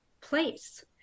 place